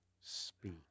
speak